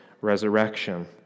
resurrection